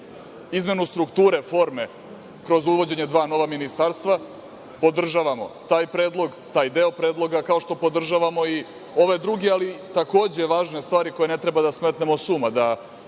izmenu strukture forme kroz uvođenje dva nova ministarstva. Podržavamo taj predlog, taj deo predloga, kao što podržavamo i ove druge, ali takođe važne stvari koje ne treba da smetnemo s uma, da